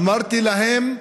אמרתי להם: